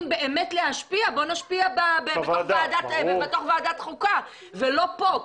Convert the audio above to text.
ונשפיע באמת בוועדת החוקה ולא פה.